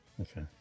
Okay